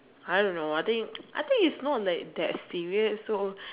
I don't know I think I think like is not that serious so